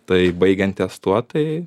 tai baigiant ties tuo tai